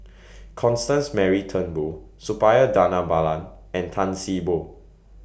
Constance Mary Turnbull Suppiah Dhanabalan and Tan See Boo